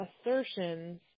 assertions